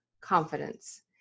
confidence